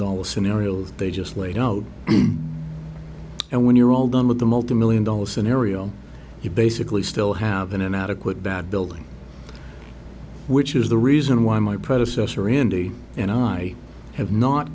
dollar scenario that they just laid out and when you're all done with the multi million dollar scenario you basically still have an inadequate bad building which is the reason why my predecessor randy and i have not